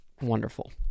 Wonderful